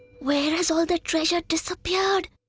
where has all the treasure disappeared?